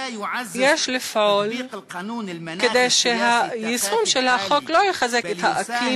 יש לפעול כדי שהיישום של החוק לא יחזק את האקלים